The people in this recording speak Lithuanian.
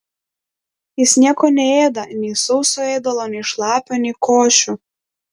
jis nieko neėda nei sauso ėdalo nei šlapio nei košių